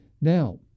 Now